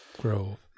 grove